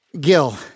Gil